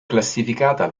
classificata